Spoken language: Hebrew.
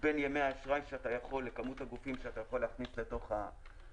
בין ימי אשראי וכמות הגופים שאתה יכול להכניס לתוך המתווה.